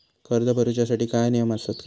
कर्ज भरूच्या साठी काय नियम आसत?